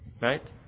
right